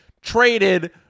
traded